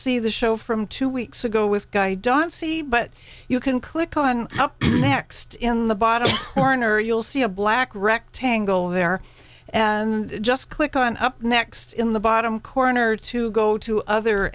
see the show from two weeks ago with guy you don't see but you can click on next in the bottom corner you'll see a black rectangle there and just click on up next in the bottom corner to go to other